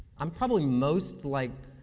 um probably most like